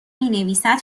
مینویسد